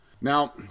Now